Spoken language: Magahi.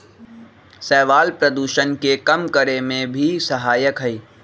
शैवाल प्रदूषण के कम करे में भी सहायक हई